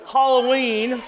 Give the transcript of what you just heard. Halloween